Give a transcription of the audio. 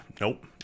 Nope